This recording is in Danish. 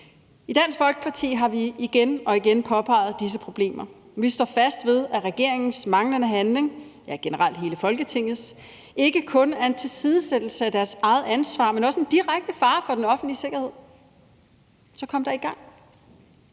I Dansk Folkeparti har vi igen og igen påpeget disse problemer, og vi står fast ved, at regeringens manglende handling – ja, det gælder generelt hele Folketinget – ikke kun er en tilsidesættelse af deres eget ansvar, men også en direkte fare for den offentlige sikkerhed. Så kom da i gang!